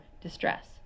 distress